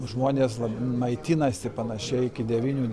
žmonės maitinasi panašiai iki devynių